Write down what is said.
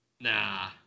Nah